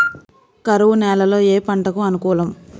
కరువు నేలలో ఏ పంటకు అనుకూలం?